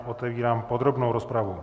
Otevírám podrobnou rozpravu.